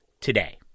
today